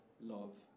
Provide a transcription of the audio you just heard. love